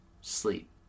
Sleep